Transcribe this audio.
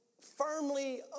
firmly